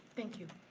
thank you.